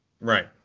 Right